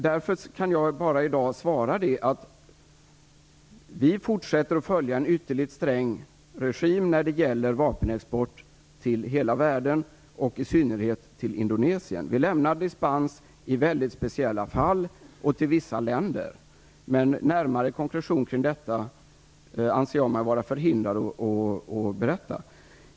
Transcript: Därför kan jag i dag bara svara att vi fortsätter att följa en ytterligt sträng regim när det gäller vapenexport till hela världen och i synnerhet till Indonesien. Vi lämnar dispens i väldigt speciella fall och till vissa länder. Närmare konkretion kring detta anser jag mig vara förhindrad att ge.